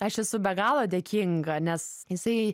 aš esu be galo dėkinga nes jisai